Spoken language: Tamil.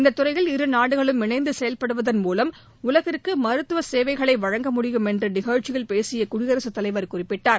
இந்தத்துறையில் இருநாடுகளும் இணைந்து செயல்படுவதன் மூலம் உலகிற்கு மருத்துவ சேவைகளை வழங்க முடியும் என்று நிகழ்ச்சியில் பேசிய குடியரசு தலைவர் குறிப்பிட்டார்